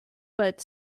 but